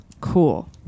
Cool